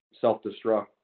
self-destruct